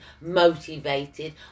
motivated